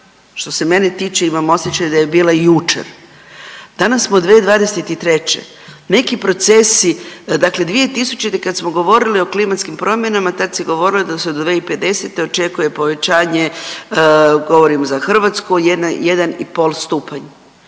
što se mene tiče imam osjećaj da je bila jučer. Danas smo u 2023. Neki procesi dakle 2000. kada smo govorili o klimatskim promjenama tada se govorilo da se do 2050. očekuje povećanje, govorim za Hrvatsku 1,5 stupanj.